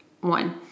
One